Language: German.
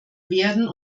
werden